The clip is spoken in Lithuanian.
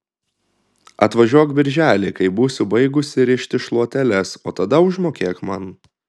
atvažiuok birželį kai būsiu baigusi rišti šluoteles o tada užmokėk man